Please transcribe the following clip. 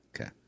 Okay